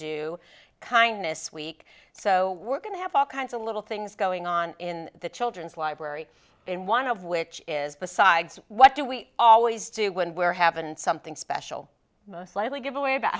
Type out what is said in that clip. do kindness week so we're going to have all kinds of little things going on in the children's library and one of which is besides what do we always do when we're have and something special most likely giveaway about